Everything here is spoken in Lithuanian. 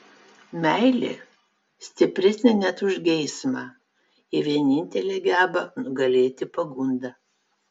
meilė stipresnė net už geismą ji vienintelė geba nugalėti pagundą